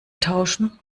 tauschen